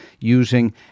using